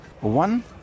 One